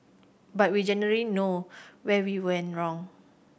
but we generally know where we went wrong